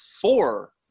four